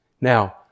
Now